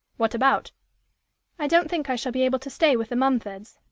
what about i don't think i shall be able to stay with the mumfords.